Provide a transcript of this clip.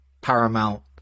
Paramount